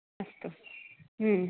अस्तु आम्